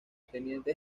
teniente